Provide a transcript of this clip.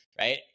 Right